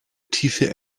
tiefe